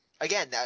again